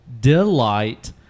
delight